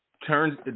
Turns